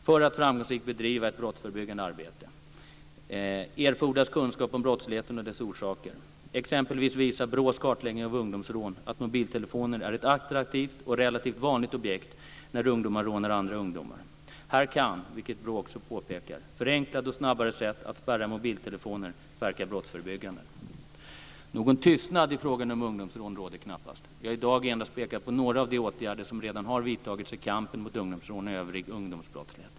För att framgångsrikt bedriva ett brottsförebyggande arbete erfordras kunskap om brottsligheten och dess orsaker. Exempelvis visar BRÅ:s kartläggning av ungdomsrån att mobiltelefoner är ett attraktivt och relativt vanligt objekt när ungdomar rånar andra ungdomar. Här kan, vilket BRÅ också påpekar, förenklade och snabbare sätt att spärra mobiltelefoner verka brottsförebyggande. Någon tystnad i frågan om ungdomsrån råder knappast. Jag har i dag endast pekat på några av de åtgärder som redan har vidtagits i kampen mot ungdomsrån och övrig ungdomsbrottslighet.